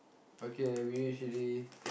okay we reach already